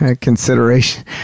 consideration